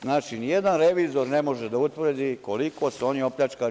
Znači, nijedan revizor ne može da utvrdi koliko su oni opljačkali.